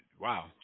wow